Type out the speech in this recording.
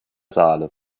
saale